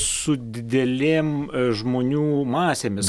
su didelėm žmonių masėmis